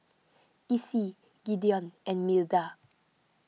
Essie Gideon and Milda